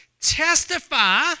testify